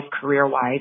career-wise